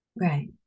Right